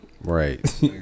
Right